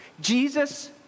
Jesus